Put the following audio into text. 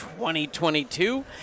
2022